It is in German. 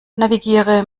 navigiere